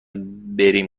بریم